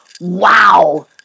Wow